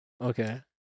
Okay